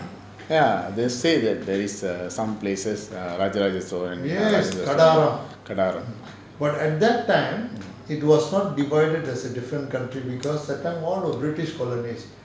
ya they say that there is err some places err Raja Raja Chola raja chozha